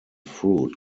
fruit